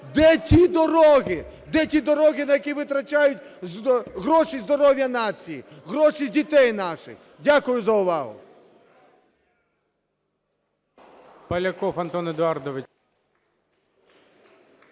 Де ті дороги на які витрачають гроші "Здоров'я нації", гроші з дітей наших? Дякую за увагу.